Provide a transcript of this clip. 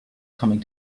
coming